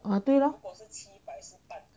哦对了